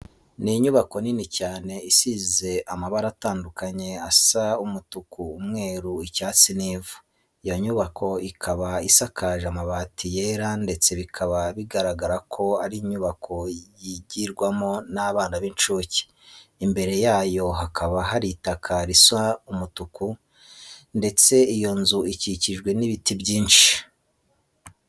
Ni inyubako nini cyane isize amabara atandukanye asa umutuku, umweru, icyatsi n'ivu. Iyo nyubako ikaba isakaje amabati yera ndetse bikaba bigaragara ko ari inyubako yigirwamo n'abana b'incuke. Imbere yayo hakaba hari itaka risa umutuku ndetse iyo nzu ikikijwe n'ibiti byinshi.